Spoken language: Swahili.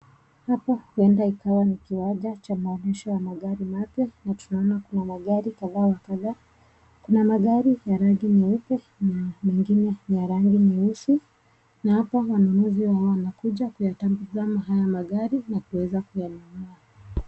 Hapa huenda ikawa ni kiwanja cha maonyesho ya magari mapya na tunaona kuna magari kadha wa kadha. Kuna magari ya rangi nyeupe na mengine ya rangi nyeusi na hapa wanunuzi hawa wanakuja kuyatazama haya magari na kuweza kuyanunua.